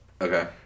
Okay